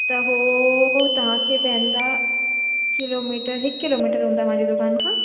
त हो तव्हांखे पवंदा किलोमीटर हिकु किलोमीटर हूंदा मुंहिंजी दुकान खां